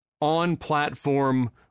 on-platform